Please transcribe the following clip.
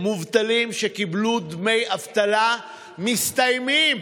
מובטלים שקיבלו דמי אבטלה מסתיימים.